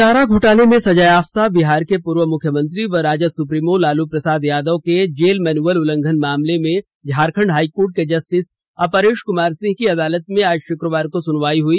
चारा घोटाले में सजायाफ्ता बिहार के पूर्व मुख्यमंत्री व राजद सुप्रीमो लालू प्रसाद यादव के जेल मैनुअल उल्लंघन मामले में झारखंड हाईकोर्ट के जस्टिस अपरेश कुमार सिंह की अदालत में आज शुक्रवार को सुनवाई हुई